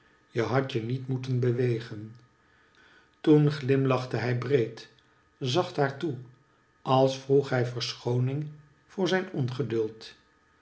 je hadt je niet moeten bewegen toen glimlachte hij breed zacht haar toe als vroeg hij verschooning voor zijn ongeduld